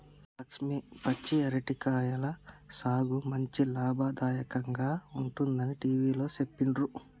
లక్ష్మి పచ్చి అరటి కాయల సాగు మంచి లాభదాయకంగా ఉంటుందని టివిలో సెప్పిండ్రు